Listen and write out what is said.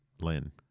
Lynn